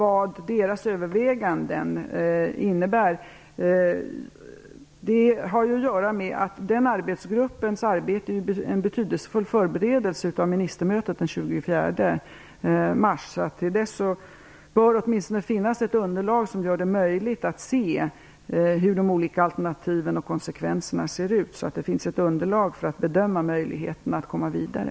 Arbetsgruppens arbete är en betydelsefull förberedelse av ministermötet den 24 mars. Till dess bör det åtminstone finnas ett underlag som gör det möjligt att se hur de olika alternativen och konsekvenserna ser ut, så att det finns ett underlag för att bedöma möjligheten att komma vidare.